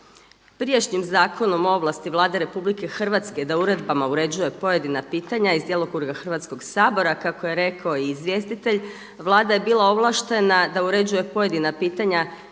Prijašnjim Zakonom o ovlasti Vlade Republike Hrvatske da uredbama uređuje pojedina pitanja iz djelokruga Hrvatskog sabora kako je rekao i izvjestitelj Vlada je bila ovlaštena da uređuje pojedina pitanja